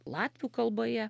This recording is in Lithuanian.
latvių kalboje